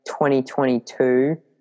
2022